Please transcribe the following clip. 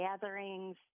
gatherings